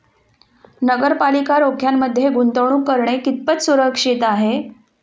नगरपालिका रोख्यांमध्ये गुंतवणूक करणे कितपत सुरक्षित आहे?